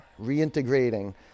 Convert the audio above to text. reintegrating